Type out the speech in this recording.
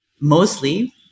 mostly